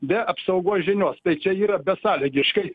be apsaugos žinios tai čia yra besąlygiškai